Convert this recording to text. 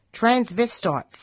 transvestites